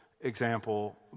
example